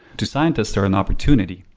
to scientists they're an opportunity.